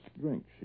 drink